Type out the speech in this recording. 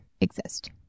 exist